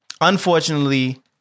unfortunately